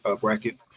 bracket